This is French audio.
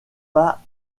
pas